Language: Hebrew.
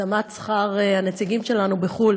התאמת שכר הנציגים שלנו בחו"ל